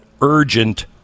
urgent